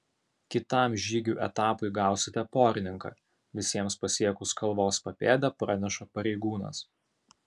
kitam žygių etapui gausite porininką visiems pasiekus kalvos papėdę praneša pareigūnas